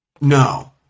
No